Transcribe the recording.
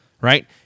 right